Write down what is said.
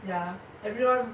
ya everyone